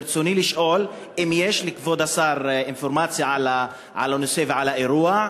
ברצוני לשאול: 1. האם יש לכבוד השר אינפורמציה על הנושא ועל האירוע?